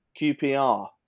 QPR